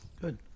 Good